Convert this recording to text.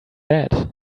that